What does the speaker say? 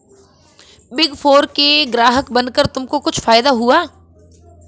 Big four के ग्राहक बनकर तुमको कुछ फायदा हुआ?